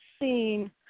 seen